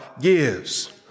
gives